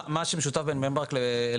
מה שמשותף בין בני ברק לאלעד,